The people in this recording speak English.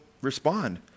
respond